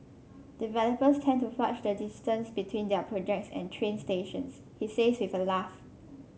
developers tend to fudge the distance between their projects and train stations he says with a laugh